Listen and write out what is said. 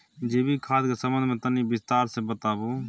जैविक खाद के संबंध मे तनि विस्तार स बताबू?